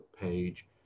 page